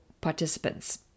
participants